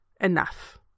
enough